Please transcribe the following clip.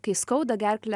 kai skauda gerklę